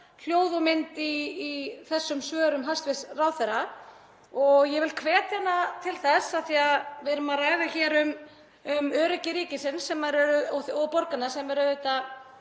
hljóð og mynd í þessum svörum hæstv. ráðherra. Og af því að við erum að ræða hér um öryggi ríkisins og borganna, sem er auðvitað